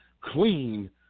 clean